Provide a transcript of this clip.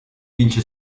vince